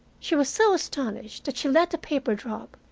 she was so astonished that she let the paper drop,